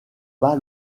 pas